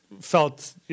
felt